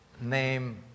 name